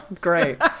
great